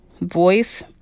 voice